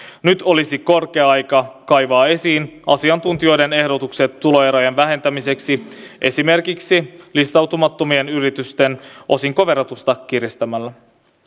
nyt olisi korkea aika kaivaa esiin asiantuntijoiden ehdotukset tuloerojen vähentämiseksi esimerkiksi listautumattomien yritysten osinkoverotusta kiristämällä